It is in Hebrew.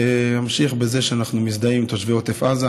אמשיך בזה שאנחנו מזדהים עם תושבי עוטף עזה,